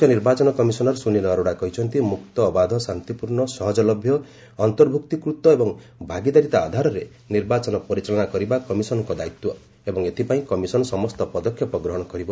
ମୁଖ୍ୟ ନିର୍ବାଚନ କମିଶନର୍ ସୁନିଲ୍ ଅରୋଡ଼ା କହିଛନ୍ତି ମୁକ୍ତ ଅବାଧ ଶାନ୍ତିପୂର୍ଣ୍ଣ ସହଜଲଭ୍ୟ ଅନ୍ତର୍ଭୁକ୍ତିକୃତ ଏବଂ ଭାଗିଦାରିତା ଆଧାରରେ ନିର୍ବାଚନ ପରିଚାଳନା କରିବା କମିଶନ୍ଙ୍କ ଦାୟିତ୍ୱ ଏବଂ ଏଥିପାଇଁ କମିଶନ୍ ସମସ୍ତ ପଦକ୍ଷେପ ଗ୍ରହଣ କରିବ